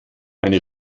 eine